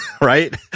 Right